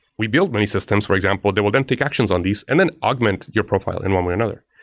we build many systems, for example, that will then take actions on these and then augment your profile in one way or another.